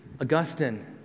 Augustine